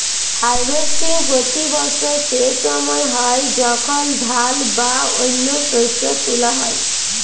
harvesting পতি বসর সে সময় হ্যয় যখল ধাল বা অল্য শস্য তুলা হ্যয়